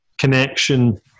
connection